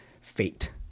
fate